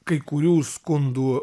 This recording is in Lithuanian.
kai kurių skundų